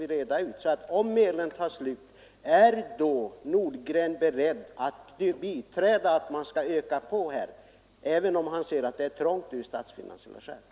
Om medlen sålunda tar slut, är då herr Nordgren beredd att biträda att man ökar på medlen, även om han anser att det är trångt ur statsfinansiell synpunkt?